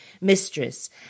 mistress